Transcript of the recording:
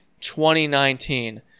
2019